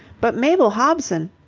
but mabel hobson.